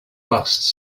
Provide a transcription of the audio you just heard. bust